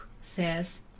says